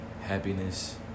happiness